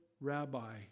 rabbi